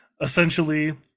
essentially